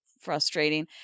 frustrating